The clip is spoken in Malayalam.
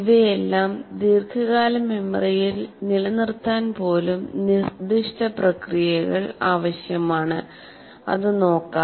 ഇവയെല്ലാം ദീർഘകാല മെമ്മറിയിൽ നിലനിർത്താൻ പോലും നിർദ്ദിഷ്ട പ്രക്രിയകൾ ആവശ്യമാണ് അത് നോക്കാം